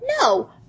No